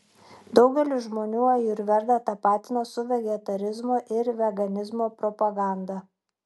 daugelis žmonių ajurvedą tapatina su vegetarizmo ir veganizmo propaganda